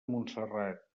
montserrat